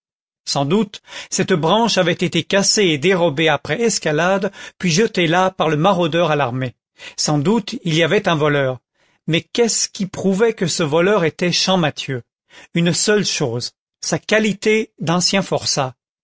sans doute cette branche avait été cassée et dérobée après escalade puis jetée là par le maraudeur alarmé sans doute il y avait un voleur mais qu'est-ce qui prouvait que ce voleur était champmathieu une seule chose sa qualité d'ancien forçat